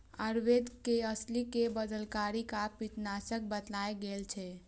आयुर्वेद मे अलसी कें बलकारी आ पित्तनाशक बताएल गेल छै